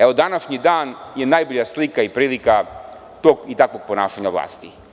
Evo današnji dan je najbolja slika i prilika tog i takvog ponašanja vlasti.